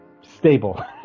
stable